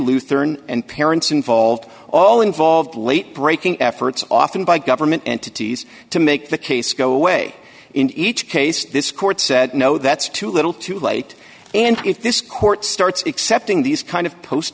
lutheran and parents involved all involved late breaking efforts often by government entities to make the case go away in each case this court said no that's too little too late and if this court starts accepting these kind of posts